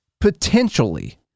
potentially